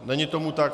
Není tomu tak.